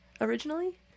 originally